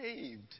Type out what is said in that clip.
saved